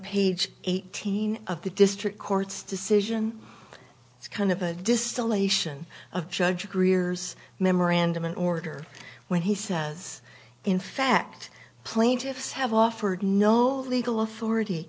page eighteen of the district court's decision it's kind of a distillation of judge greer's memorandum in order when he says in fact plaintiffs have offered no legal authority